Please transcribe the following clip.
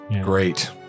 Great